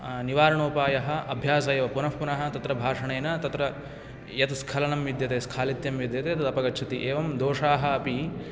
निवारणोपायः अभ्यासैव पुनः पुनः तत्र भाषणेन तत्र यत् स्खलनं विद्यते स्खालित्यं विद्यते तदपगच्छति एवं दोषाः अपि